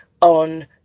on